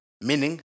Meaning